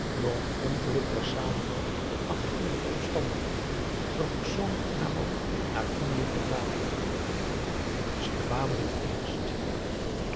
door een ongelukkigen samenloop van geldelijke omstandigheden verpersoonlijkt in haar man naar indië verdwaald ze kwamen het eerst